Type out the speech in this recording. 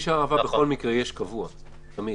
בכביש הערבה בכל מקרה יש קבוע תמיד.